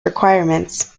requirements